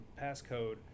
passcode